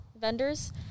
vendors